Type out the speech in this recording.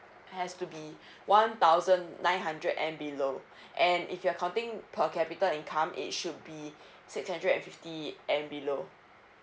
has to be one thousand nine hundred and below and if you're counting per capita income it should be six hundred and fifty and below